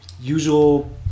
usual